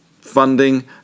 funding